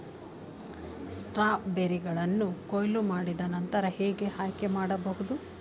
ಸ್ಟ್ರಾಬೆರಿಗಳನ್ನು ಕೊಯ್ಲು ಮಾಡಿದ ನಂತರ ಹೇಗೆ ಆಯ್ಕೆ ಮಾಡಬಹುದು?